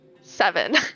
Seven